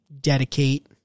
dedicate